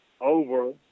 over